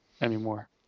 anymore